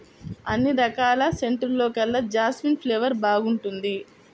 అన్ని రకాల సెంటుల్లోకెల్లా జాస్మిన్ ఫ్లేవర్ బాగుంటుంది